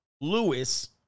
Lewis